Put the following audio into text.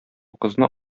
кызны